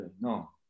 No